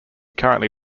currently